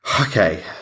okay